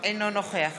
אינו נוכח